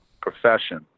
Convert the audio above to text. profession